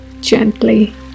gently